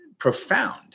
Profound